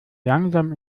langsam